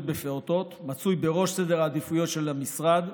בפעוטות מצוי בראש סדר העדיפויות של המשרד,